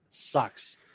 sucks